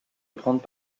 prendre